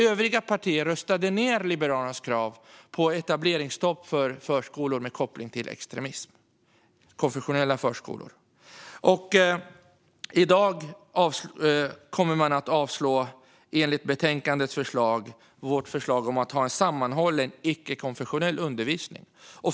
Övriga partier röstade ned Liberalernas krav på etableringsstopp för konfessionella förskolor med koppling till extremism. I dag kommer man också, enligt betänkandets förslag, att avslå vårt förslag om en sammanhängande icke-konfessionell undervisning.